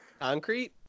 Concrete